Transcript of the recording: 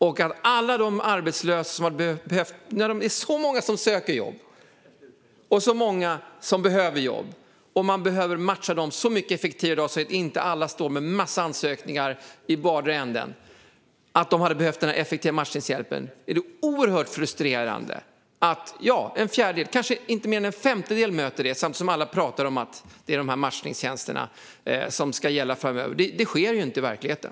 Det är många arbetslösa som söker jobb, och det är många som behöver arbetskraft. Man behöver matcha dem mycket effektivare än i dag, så att inte alla står med en massa ansökningar i vardera änden. De hade behövt den här effektiva matchningshjälpen. Det är oerhört frustrerande att bara en fjärdedel, eller kanske inte mer än en femtedel, möter de här matchningstjänsterna som ska gälla framöver och som alla pratar om. Det sker ju inte i verkligheten.